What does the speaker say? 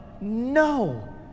no